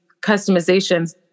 customizations